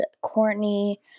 Courtney